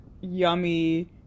yummy